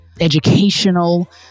educational